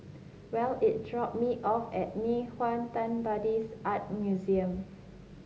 Well is drop me off at Nei Xue Tang Buddhist Art Museum